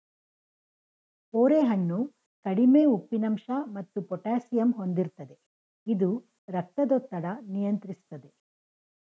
ಬೋರೆ ಹಣ್ಣು ಕಡಿಮೆ ಉಪ್ಪಿನಂಶ ಮತ್ತು ಪೊಟ್ಯಾಸಿಯಮ್ ಹೊಂದಿರ್ತದೆ ಇದು ರಕ್ತದೊತ್ತಡ ನಿಯಂತ್ರಿಸ್ತದೆ